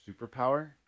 superpower